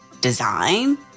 design